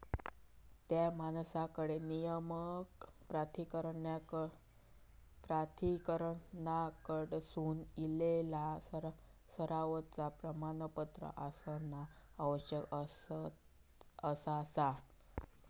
त्या माणसाकडे नियामक प्राधिकरणाकडसून इलेला सरावाचा प्रमाणपत्र असणा आवश्यक आसा